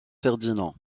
ferdinand